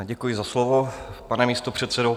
Děkuji za slovo, pane místopředsedo.